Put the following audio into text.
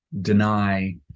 deny